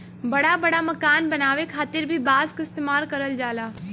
बड़ा बड़ा मकान बनावे खातिर भी बांस क इस्तेमाल करल जाला